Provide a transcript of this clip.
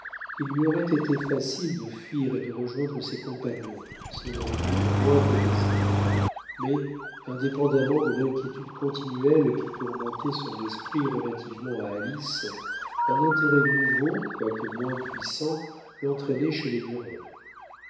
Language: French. il lui aurait été facile de fuir et de rejoindre ses compagnons s'il en avait eu le moindre désir mais indépendamment de l'inquiétude continuelle qui tourmentait son esprit relativement à alice un intérêt nouveau quoique moins puissant l'entraînait chez les